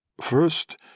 First